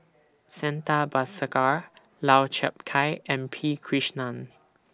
Santha Bhaskar Lau Chiap Khai and P Krishnan